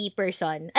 person